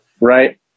Right